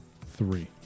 three